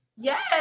yes